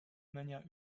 manière